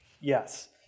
Yes